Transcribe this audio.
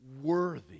worthy